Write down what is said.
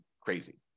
crazy